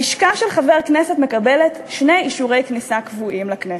לשכה של חבר כנסת מקבלת שני אישורי כניסה קבועים לכנסת.